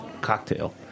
cocktail